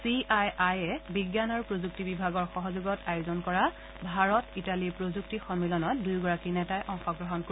C আই আই এ বিজ্ঞান আৰু প্ৰযুক্তি বিভাগৰ সহযোগত আয়োজন কৰা ভাৰত ইটালী প্ৰযুক্তি সন্মিলনত দুয়োগৰাকী নেতাই অংশগ্ৰহণ কৰিব